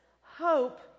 Hope